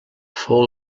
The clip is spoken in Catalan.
fou